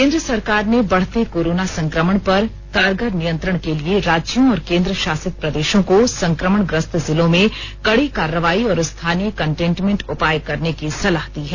केंद्र सरकार ने बढ़ते कोरोना संक्रमण पर कारगर नियंत्रण के लिए राज्यों और केंद्र शासित प्रदेशों को संक्रमण ग्रस्त जिलों में कड़ी कार्रवाई और स्थानीय कंटेनमेंट उपाय करने की सलाह दी है